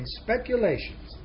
speculations